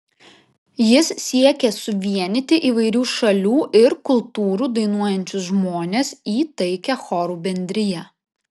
jis siekė suvienyti įvairių šalių ir kultūrų dainuojančius žmones į taikią chorų bendriją